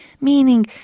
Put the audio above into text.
Meaning